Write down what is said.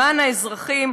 למען האזרחים,